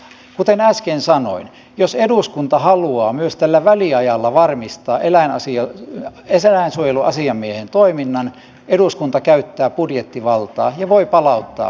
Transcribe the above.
kuten äsken sanoin jos eduskunta haluaa myös tällä väliajalla varmistaa eläinsuojeluasiamiehen toiminnan eduskunta käyttää budjettivaltaa ja voi palauttaa nuo rahat